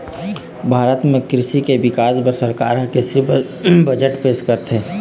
भारत म कृषि के बिकास बर सरकार ह कृषि बजट पेश करथे